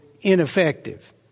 ineffective